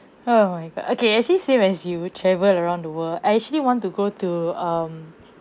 oh my god okay actually same as you travel around the world I actually want to go to um